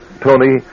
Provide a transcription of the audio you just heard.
Tony